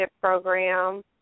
program